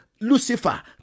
Lucifer